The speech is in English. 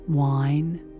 Wine